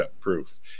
proof